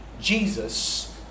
Jesus